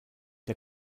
der